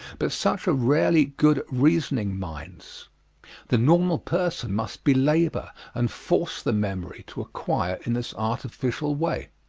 but such are rarely good reasoning minds the normal person must belabor and force the memory to acquire in this artificial way.